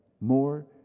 more